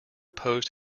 post